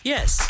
Yes